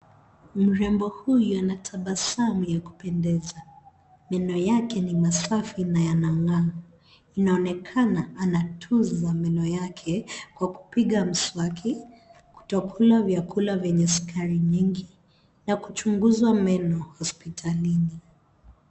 Mrembo huyu ana tabasamu ya kupendeza. Meno yake ni masafi na yanang'aa. Inaonekana anatunza meno yake kwa kupiga mwsaki, kutokula vyakula vyenye sukari nyingi na kuchunguzwa meno hospitalini.